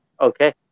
Okay